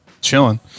Chilling